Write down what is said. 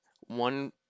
one